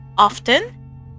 often